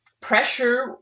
pressure